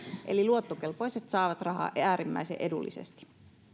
eli luottokelpoiset saavat rahaa äärimmäisen edullisesti